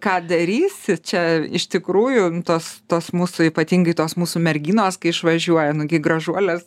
ką darysi čia iš tikrųjų tos tos mūsų ypatingai tos mūsų merginos kai išvažiuoja nagi gražuolės